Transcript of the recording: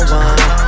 one